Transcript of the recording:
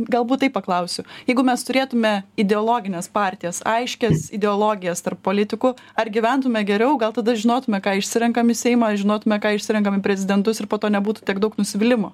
galbūt taip paklausiu jeigu mes turėtume ideologines partijas aiškias ideologijas tarp politikų ar gyventume geriau gal tada žinotume ką išsirenkam į seimą žinotume ką išsirenkam į prezidentus ir po to nebūtų tiek daug nusivylimo